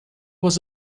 was